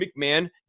mcmahon